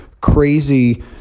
crazy